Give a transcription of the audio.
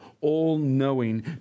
all-knowing